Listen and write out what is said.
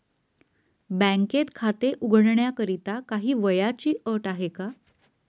बँकेत खाते उघडण्याकरिता काही वयाची अट आहे का?